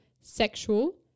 sexual